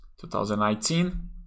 2019